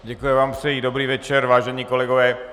Děkuji a přeji vám dobrý večer, vážení kolegové.